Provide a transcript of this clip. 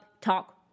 Talk